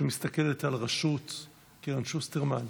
קרן שוסטרמן,